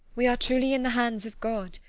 we are truly in the hands of god.